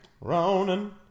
Ronan